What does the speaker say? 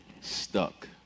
stuck